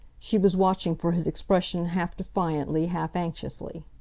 she was watching for his expression half defiantly, half anxiously.